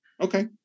Okay